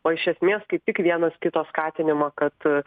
o iš esmės kaip tik vienas kito skatinimo kad